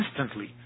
instantly